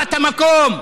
בת המקום,